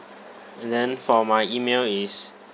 and then for my email is